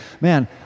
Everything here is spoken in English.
Man